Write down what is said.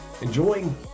Enjoying